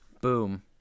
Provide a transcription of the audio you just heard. Boom